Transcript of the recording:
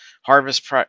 harvest